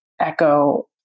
echo